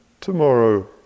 tomorrow